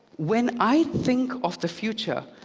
when i think of the future,